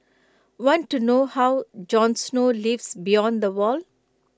want to know how Jon snow lives beyond the wall